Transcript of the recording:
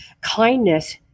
kindness